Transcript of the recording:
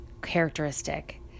characteristic